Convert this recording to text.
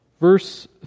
Verse